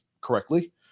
correctly